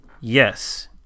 Yes